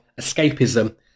escapism